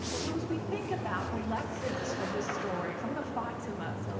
so as we think about the lessons from this story, from the fatimas,